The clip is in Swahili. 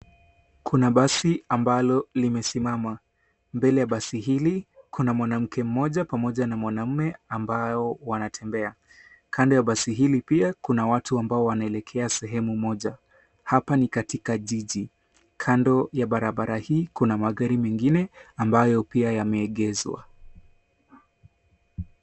Kuna basi ambalo limesimama. Mbele ya basi hili, kuna mwanamke mmoja, pamoja na mwanaume ambao wanatembea. Kando ya basi hili pia kuna, watu ambao wanaelekea sehemu moja. Hapa ni katika jiji. Kando ya barabara hii, kuna magari mengine ambayo pia yameegezwa.